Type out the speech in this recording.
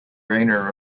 rayner